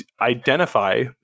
identify